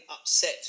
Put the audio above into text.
upset